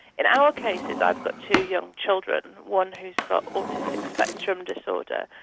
in our cases i've got two young children, one who has got autistic spectrum disorder,